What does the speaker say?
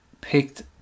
Picked